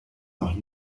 noch